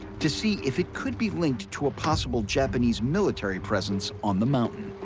to see if it could be linked to a possible japanese military presence on the mountain.